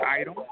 item